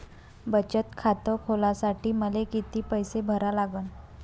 बचत खात खोलासाठी मले किती पैसे भरा लागन?